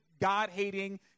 God-hating